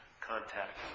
contact